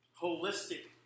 holistic